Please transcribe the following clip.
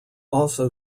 also